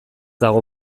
dago